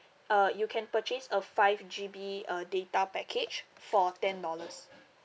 uh you can purchase a five G_B uh data package for ten dollars